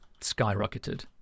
skyrocketed